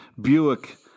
Buick